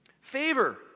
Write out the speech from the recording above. Favor